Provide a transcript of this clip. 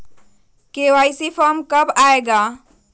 KYC form कब आए गा?